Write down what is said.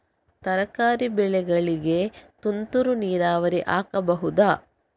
ತರಕಾರಿ ಬೆಳೆಗಳಿಗೆ ತುಂತುರು ನೀರಾವರಿ ಆಗಬಹುದಾ?